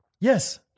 Yes